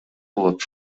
болот